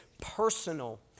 personal